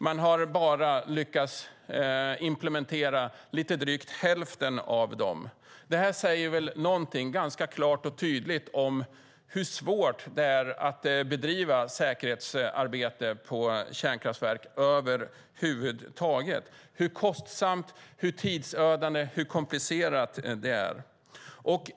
Man har bara lyckats implementera drygt hälften av dem. Det här säger klart och tydligt hur svårt det är att över huvud taget bedriva säkerhetsarbete på kärnkraftverk - hur kostsamt, hur tidsödande och hur komplicerat det är.